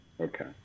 Okay